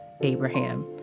Abraham